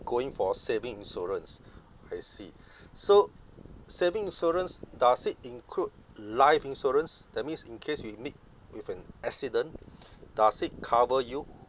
going for saving insurance I see so saving insurance does it include life insurance that means in case we meet with an accident does it cover you